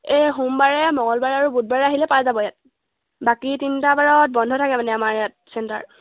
এই সোমবাৰে মঙ্গলবাৰে আৰু বুধবাৰে আহিলে পাই যাব ইয়াত বাকী তিনিটা বাৰত বন্ধ থাকে মানে আমাৰ ইয়াত চেণ্টাৰ